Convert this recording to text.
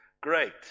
great